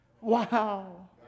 wow